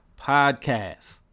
Podcast